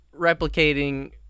replicating